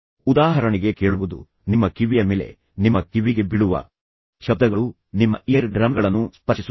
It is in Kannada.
ಉದಾಹರಣೆಗೆ ಕೇಳುವುದು ನಿಮ್ಮ ಕಿವಿಯ ಮೇಲೆ ನಿಮ್ಮ ಕಿವಿಗೆ ಬೀಳುವ ಶಬ್ದಗಳು ನಿಮ್ಮ ಇಯರ್ ಡ್ರಮ್ಗಳನ್ನು ಸ್ಪರ್ಶಿಸುತ್ತವೆ